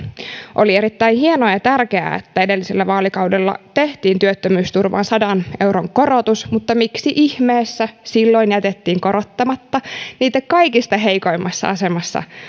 oli erittäin hienoa ja tärkeää että edellisellä vaalikaudella tehtiin työttömyysturvaan sadan euron korotus mutta miksi ihmeessä silloin jätettiin korottamatta niitä kaikista heikoimmassa asemassa